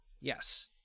Yes